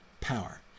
power